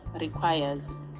requires